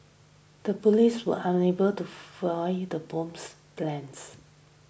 the police were unable to foil the bomber's plans